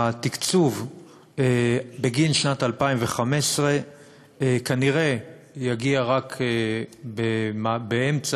התקצוב בגין שנת 2015 כנראה יגיע רק באמצע,